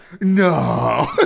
no